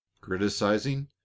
criticizing